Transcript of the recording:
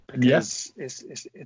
Yes